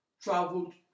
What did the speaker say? traveled